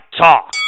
talk